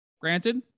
Granted